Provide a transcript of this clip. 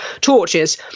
Torches